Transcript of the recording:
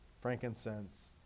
frankincense